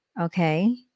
Okay